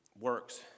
works